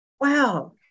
wow